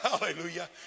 hallelujah